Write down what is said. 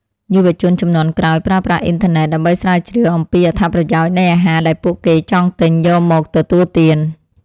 យុវជនជំនាន់ក្រោយប្រើប្រាស់អ៊ីនធឺណិត ដើម្បីស្រាវជ្រាវអំពីអត្ថប្រយោជន៍នៃអាហារដែលពួកគេចង់ទិញយកមកទទួលទាន។